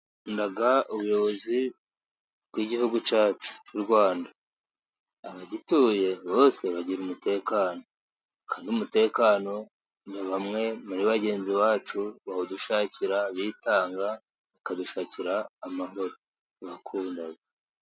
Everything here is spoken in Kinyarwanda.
Dukunda ubuyobozi bw'igihugu cyacu cy'u Rwanda . Abagituye bose bagira umutekano kandi umutekano ni bamwe muri bagenzi bacu bawudushakira ,bitanga bakadushakira amahoro .Turabakunda.